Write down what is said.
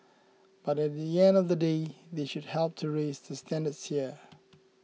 but at the end of the day they should help to raise the standards here